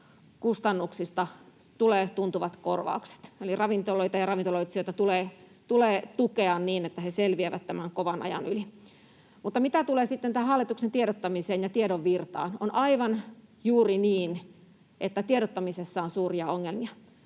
kustannuksista tulee tuntuvat korvaukset, eli ravintoloita ja ravintoloitsijoita tulee tukea niin, että he selviävät tämän kovan ajan yli. Mutta mitä tulee sitten tähän hallituksen tiedottamiseen ja tiedon virtaan, on aivan juuri niin, että tiedottamisessa on suuria ongelmia.